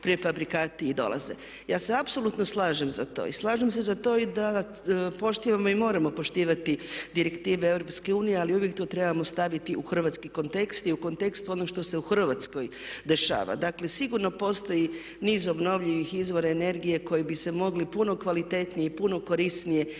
prefabrikati i dolaze. Ja se apsolutno slažem za to. I slažem se za to i da poštujemo i moram poštovati direktive Europske unije ali uvijek to trebamo staviti u hrvatski kontekst i u kontekst onog što se u Hrvatskoj dešava. Dakle sigurno postoji niz obnovljivih izvora energije koji bi se mogli puno kvalitetnije i puno korisnije iskoristiti